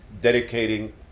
dedicating